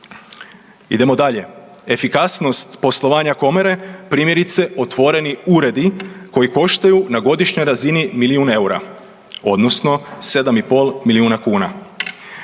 Idemo dalje. Efikasnost poslovanja komore primjerice otvoreni uredi koji koštaju na godišnjoj razini milijun eura odnosno 7 i pol milijuna kuna.